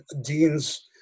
Dean's